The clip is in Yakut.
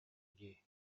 дии